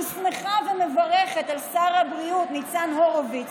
אני שמחה ומברכת את שר הבריאות ניצן הורוביץ,